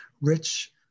rich